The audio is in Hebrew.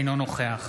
אינו נוכח